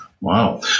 Wow